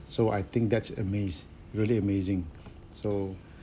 so I think that's amaze really amazing so